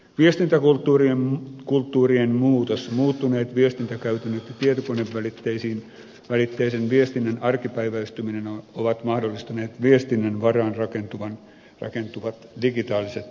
viestintäkulttuurien muutos muuttuneet viestintäkäytännöt ja tietokonevälitteisen viestinnän arkipäiväistyminen ovat mahdollistaneet viestinnän varaan rakentuvat digitaaliset yhteisöt